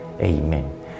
amen